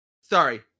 sorry